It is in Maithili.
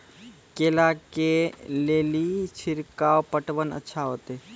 केला के ले ली छिड़काव पटवन अच्छा होते?